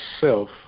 self